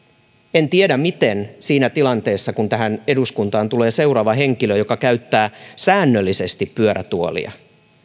en tiedä mitä siinä tilanteessa sitten tehdään kun eduskuntaan tulee seuraava henkilö joka käyttää säännöllisesti pyörätuolia